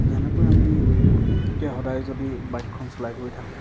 যেনেকৈ আমি এতিয়া সদায় যদি বাইকখন চলাই গৈ থাকোঁ